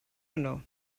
hwnnw